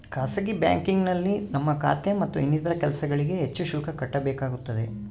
ಖಾಸಗಿ ಬ್ಯಾಂಕಿಂಗ್ನಲ್ಲಿ ನಮ್ಮ ಖಾತೆ ಮತ್ತು ಇನ್ನಿತರ ಕೆಲಸಗಳಿಗೆ ಹೆಚ್ಚು ಶುಲ್ಕ ಕಟ್ಟಬೇಕಾಗುತ್ತದೆ